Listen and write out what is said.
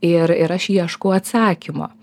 ir ir aš ieškau atsakymo